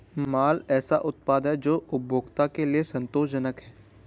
माल ऐसे उत्पाद हैं जो उपभोक्ता के लिए संतोषजनक हैं